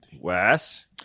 Wes